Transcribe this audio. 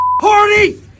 party